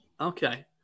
okay